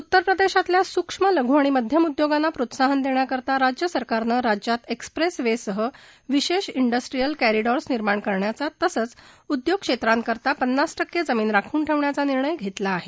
उत्तरप्रदेशातल्या सूक्ष्म लघु आणि मध्यम उद्योगांना प्रोत्साहन देण्याकरता राज्य सरकारंन राज्यात एक्सप्रेसवेसह विशेष डेस्ट्रीयल कॉरीडोअर्स निर्माण करण्याचा तसंच उदयोग क्षेत्रांकरता पन्नास टक्के जमीन राखून ठेवण्याचा निर्णय घेतला आहे